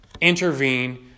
intervene